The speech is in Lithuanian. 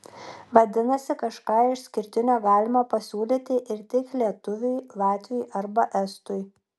vadinasi kažką išskirtinio galima pasiūlyti ir tik lietuviui latviui arba estui